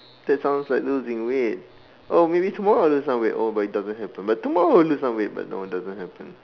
that sounds like losing weight oh maybe tomorrow I'll lose some weight oh but it doesn't happen oh but tomorrow I'll lose some weight but no it doesn't happen